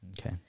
Okay